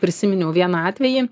prisiminiau vieną atvejį